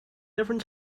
different